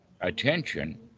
attention